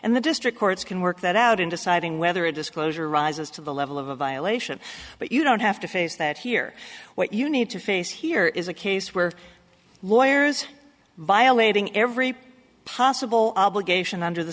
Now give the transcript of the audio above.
and the district courts can work that out in deciding whether a disclosure rises to the level of a violation but you don't have to face that here what you need to face here is a case where lawyers violating every possible obligation under the